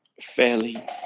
fairly